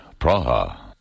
Praha